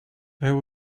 there